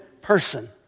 person